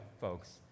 folks